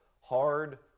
Hard